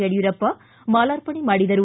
ಯಡಿಯೂರಪ್ಪ ಮಾಲಾರ್ಪಣೆ ಮಾಡಿದರು